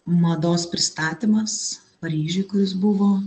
mados pristatymas paryžiuj kuris buvo